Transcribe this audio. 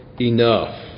enough